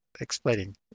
explaining